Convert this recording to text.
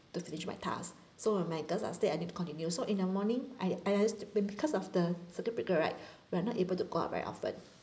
after finish my task so with my girls uh still I need to continue so in the morning I I as and because of the circuit breaker right we're not able to go out very often